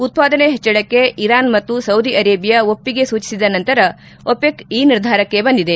ಉತ್ಪಾದನೆ ಹೆಚ್ಚಳಕ್ಕೆ ಇರಾನ್ ಮತ್ತು ಸೌದಿ ಅರೇಬಿಯಾ ಒಪ್ಪಿಗೆ ಸೂಚಿಸಿದ ನಂತರ ಒಪಿಕ್ ಈ ನಿರ್ಧಾರಕ್ಕೆ ಬಂದಿದೆ